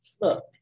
look